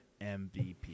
MVP